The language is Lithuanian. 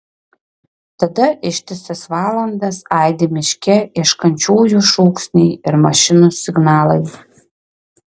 tada ištisas valandas aidi miške ieškančiųjų šūksniai ir mašinų signalai